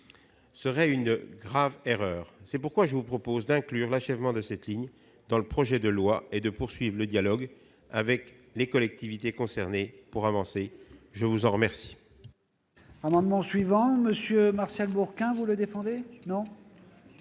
serait une grave erreur. C'est pourquoi je vous propose d'inclure l'achèvement de cette ligne dans le projet de loi et de poursuivre le dialogue avec les collectivités concernées pour avancer. La parole est à M.